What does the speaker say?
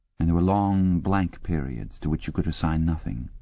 and there were long blank periods to which you could assign nothing.